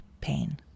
pain